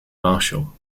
marshall